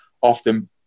often